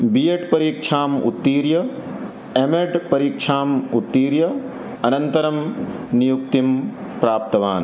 B.Ed परीक्षाम् उत्तीर्य M Ed परीक्षाम् उत्तीर्य अनन्तरं नियुक्तिं प्राप्तवान्